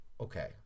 okay